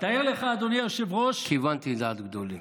תאר לך, אדוני היושב-ראש, כיוונתי לדעת גדולים.